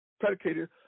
predicated